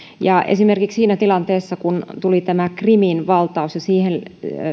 esimerkiksi siinä tilanteessa kun tuli tämä krimin valtaus ja siihen